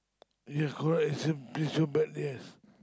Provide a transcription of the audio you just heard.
ya correct it simply so badly yes